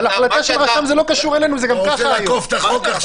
אבל החלטה של רשם זה לא קשור אלינו,